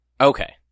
Okay